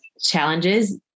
challenges